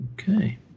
Okay